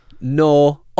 No